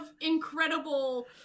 incredible